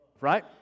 right